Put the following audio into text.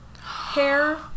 hair